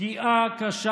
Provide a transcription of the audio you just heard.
פגיעה קשה